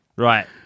Right